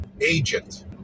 agent